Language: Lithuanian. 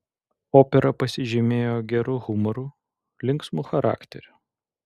opera pasižymėjo geru humoru linksmu charakteriu